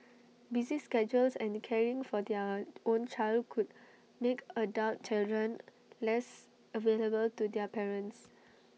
busy schedules and caring for their own child could make adult children less available to their parents